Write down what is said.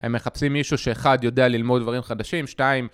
הם מחפשים מישהו שאחד - יודע ללמוד דברים חדשים, שתיים...